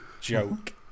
Joke